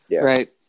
Right